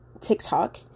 TikTok